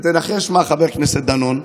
ותנחש מה, חבר הכנסת דנון?